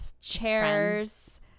chairs